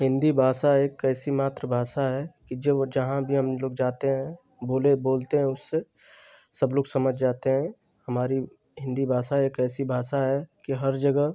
हिन्दी भाषा एक ऐसी मातृभाषा है कि जो जहाँ भी हमलोग जाते हैं बोले बोलते हैं उससे सब लोग समझ जाते हैं हमारी हिन्दी भाषा एक ऐसी भाषा है कि हर जगह